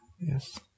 Yes